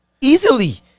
easily